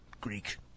Greek